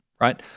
right